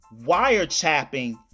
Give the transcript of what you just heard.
wiretapping